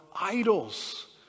idols